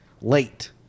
late